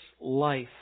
life